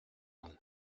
vous